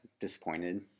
disappointed